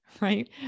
right